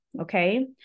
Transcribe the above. okay